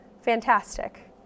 Fantastic